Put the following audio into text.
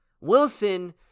wilson